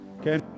Okay